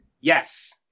Yes